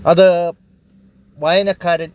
അതു വായനക്കാരിൽ